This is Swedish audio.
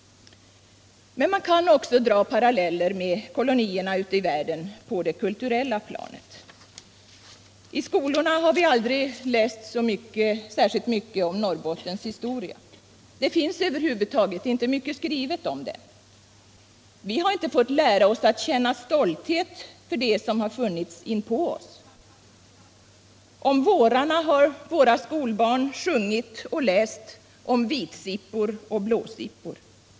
Men man kan också dra paralleller med kolonierna ute i världen på det kulturella planet. I skolorna har vi aldrig läst så särskilt mycket om Norrbottens historia. Det finns över huvud taget inte mycket skrivet om den. Vi har inte fått lära oss att känna stolthet över det som funnits inpå oss. Om vårarna har våra skolbarn sjungit och läst om vitsippor och blåsippor.